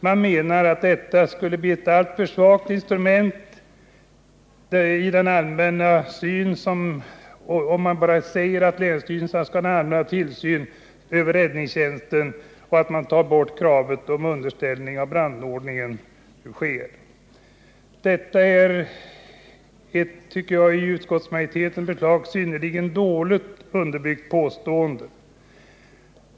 Man menar att den allmänna tillsyn som länsstyrelserna föreslås få över räddningshjälpen i samband med att kravet på underställning av brandordningen tas bort skulle bli ett alltför svagt instrument. Detta är ett i utskottsmajoritetens skrivning synnerligen dåligt underbyggt påstående.